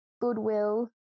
goodwill